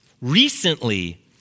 recently